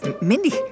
Mindy